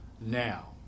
now